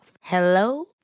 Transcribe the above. Hello